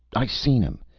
i seen him.